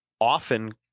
often